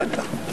בטח.